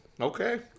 Okay